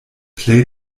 plej